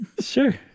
Sure